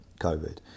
COVID